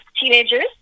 teenagers